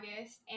august